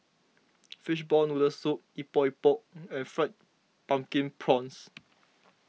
Fishball Noodle Soup Epok Epok and Fried Pumpkin Prawns